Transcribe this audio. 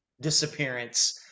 disappearance